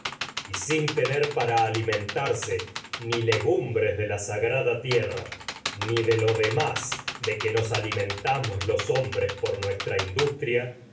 la sin tener para ali legumbres sagrada tierra ni de lo demás de que nos alimentamos los hombres por nuestra la caza industria